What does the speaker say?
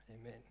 amen